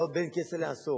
זה היה עוד בין כסה לעשור,